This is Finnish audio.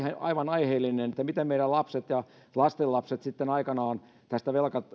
aivan aiheellinen että miten meidän lapset ja ja lastenlapset sitten aikanaan tästä